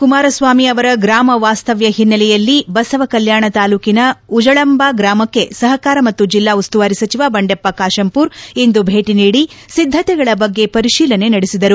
ಕುಮಾರಸ್ವಾಮಿ ಅವರ ಗ್ರಾಮ ವಾಸ್ಥವ್ಯ ಹಿನ್ನಲೆಯಲ್ಲಿ ಬಸವ ಕಲ್ಕಾಣ ತಾಲೂಕಿನ ಉಜಳಂಬ ಗ್ರಾಮಕ್ಕೆ ಸಹಕಾರ ಮತ್ತು ಜಿಲ್ಲಾ ಉಸ್ತುವಾರಿ ಸಚಿವ ಬಂಡೆಪ್ಪ ಕಾಶೆಂಪೂರ್ ಇಂದು ಬೇಟಿ ನೀಡಿ ಸಿದ್ದತೆಗಳ ಬಗ್ಗೆ ಪರಿಶೀಲನೆ ನಡೆಸಿದರು